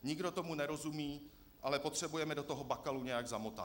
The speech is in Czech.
Nikdo tomu nerozumí, ale potřebujeme do toho Bakalu nějak zamotat.